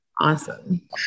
Awesome